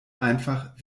einfach